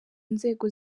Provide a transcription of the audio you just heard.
nzego